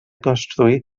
construí